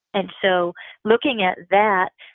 and so looking at that,